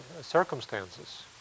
circumstances